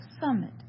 summit